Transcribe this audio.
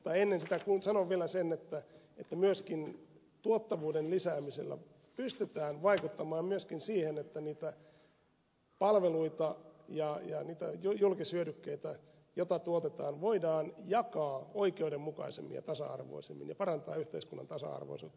ennen sitä sanon vielä sen että myöskin tuottavuuden lisäämisellä pystytään vaikuttamaan myöskin siihen että niitä palveluita ja niitä julkishyödykkeitä joita tuotetaan voidaan jakaa oikeudenmukaisemmin ja tasa arvoisemmin ja parantaa yhteiskunnan tasa arvoisuutta